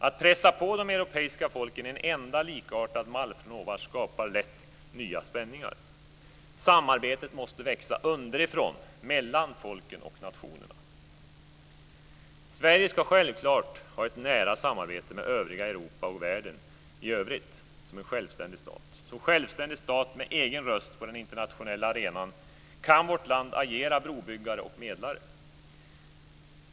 Att pressa på de europeiska folken en enda likartad mall från ovan skapar lätt nya spänningar. Samarbetet måste växa underifrån mellan folken och nationerna. Sverige ska självklart ha ett nära samarbete med övriga Europa och världen i övrigt som en självständig stat. Som självständig stat med egen röst på den internationella arenan kan vårt land agera brobyggare och medlare.